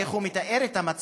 איך הוא מתאר את המצב,